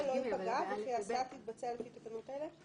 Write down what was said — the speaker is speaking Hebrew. זה כתוב בסוף (ג) "לא ייפגע וכי ההסעה תתבצע לפי תקנות אלה".